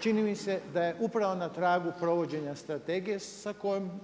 čini mi se da je upravo na tragu provođenja strategije